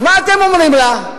אז מה אתם אומרים לה,